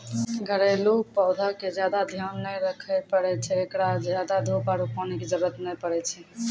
घरेलू पौधा के ज्यादा ध्यान नै रखे पड़ै छै, एकरा ज्यादा धूप आरु पानी के जरुरत नै पड़ै छै